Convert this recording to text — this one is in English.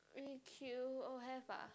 E_Q oh have ah